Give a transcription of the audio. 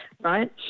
right